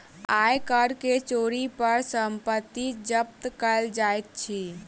आय कर के चोरी पर संपत्ति जब्त कएल जाइत अछि